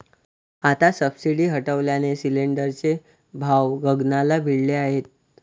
आता सबसिडी हटवल्याने सिलिंडरचे भाव गगनाला भिडले आहेत